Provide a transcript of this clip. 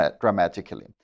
dramatically